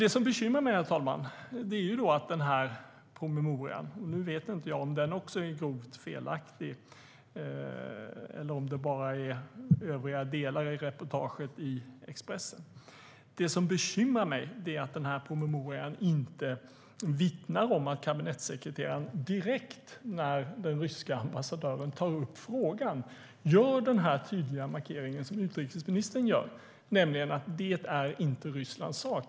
Det som bekymrar mig, herr talman, är att promemorian - nu vet jag inte om den också är grovt felaktig eller om det bara är fråga om övriga delar i reportaget i Expressen - inte vittnar om att kabinettssekreteraren direkt när den ryska ambassadören tar upp frågan gör den tydliga markering som utrikesministern gör, nämligen att det inte är Rysslands sak.